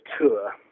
tour